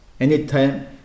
anytime